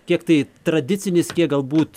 kiek tai tradicinis kiek galbūt